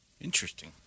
Interesting